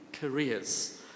careers